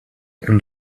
and